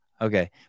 Okay